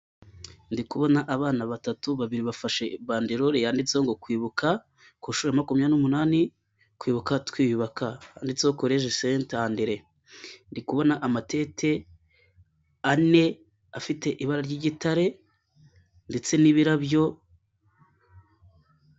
Ndiku kubona abana batatu babiri bafashe ipandi role yanditseho ngo kwibuka ,kushura ya makumyabiri n'umunani ,kwibuka twiyubaka handitseho colegeya sete Andere, ndi kubona amatete ane afite ibara ry'igitare ndetse n'ibirabyo..